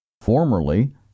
Formerly